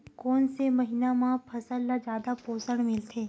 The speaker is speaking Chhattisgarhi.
कोन से महीना म फसल ल जादा पोषण मिलथे?